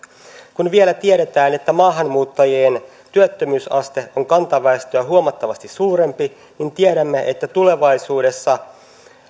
kun vielä tiedetään että maahanmuuttajien työttömyysaste on kantaväestöä huomattavasti suurempi niin tiedämme että tulevaisuudessa